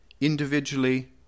individually